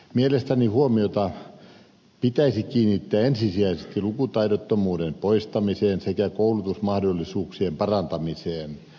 mielestäni huomiota pitäisi kiinnittää ensisijaisesti lukutaidottomuuden poistamiseen sekä koulutusmahdollisuuksien parantamiseen